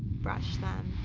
brush them,